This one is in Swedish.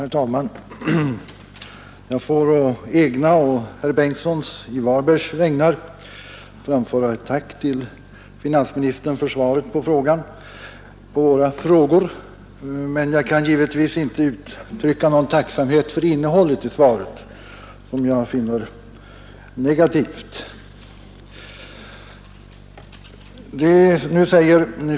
Herr talman! Jag får på egna och herr Karl Bengtssons i Varberg vägnar framföra ett tack till finansministern för svaret på våra frågor, men jag kan givetvis inte uttrycka någon tacksamhet för innehållet i svaret, som jag finner negativt.